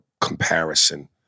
comparison